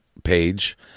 page